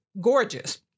gorgeous